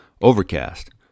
Overcast